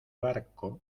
barco